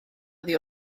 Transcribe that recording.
oddi